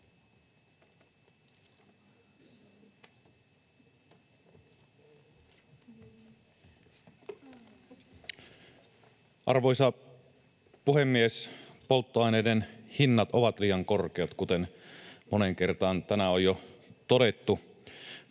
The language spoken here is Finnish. Arvoisa puhemies! Polttoaineiden hinnat ovat liian korkeat, kuten moneen kertaan tänään on jo todettu,